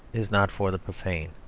is not for the profane.